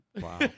Wow